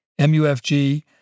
MUFG